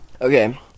Okay